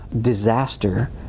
disaster